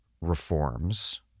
reforms